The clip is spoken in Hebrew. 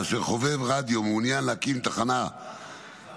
כאשר חובב רדיו מעוניין להקים תחנה הכוללת